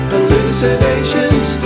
Hallucinations